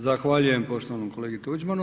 Zahvaljujem poštovanom kolegi Tuđmanu.